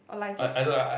or like just